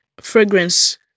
fragrance